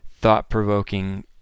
thought-provoking